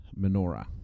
menorah